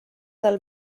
del